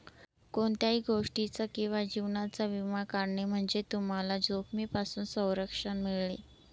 कोणत्याही गोष्टीचा किंवा जीवनाचा विमा काढणे म्हणजे तुम्हाला जोखमीपासून संरक्षण मिळेल